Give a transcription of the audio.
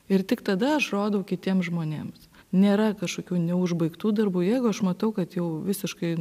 ir tik tada aš rodau kitiem žmonėms nėra kažkokių neužbaigtų darbų jeigu aš matau kad jau visiškai